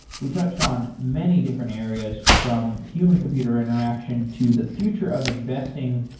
we touched on many different areas, from human computer interaction, to the future of investing.